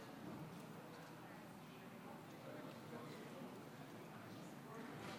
קבוצת סיעת ש"ס וקבוצת סיעת הציונות הדתית לסעיף 1 לא נתקבלה.